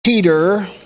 Peter